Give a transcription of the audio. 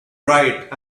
bright